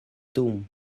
dum